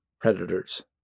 predators